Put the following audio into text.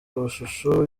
amashusho